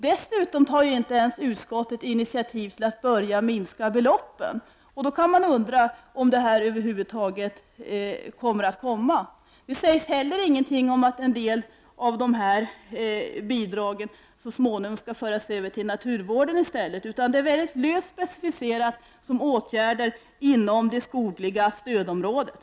Dessutom tar utskottet inte ens initiativ till att börja minska beloppen. Man kan då fråga sig om ett avskaffande över huvud taget kommer att ske. Det sägs heller ingenting om att en del av de här bidragen så småningom skall föras över till naturvården i stället, utan man specificerar det mycket löst som ”åtgärder inom det skogliga stödområdet”.